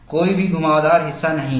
कोई भी घुमावदार हिस्सा नहीं होगा